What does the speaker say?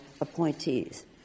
appointees